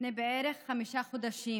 לפני בערך חמישה חודשים